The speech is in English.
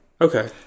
Okay